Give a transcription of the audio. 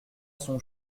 son